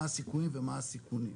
מה הסיכויים ומה הסיכונים.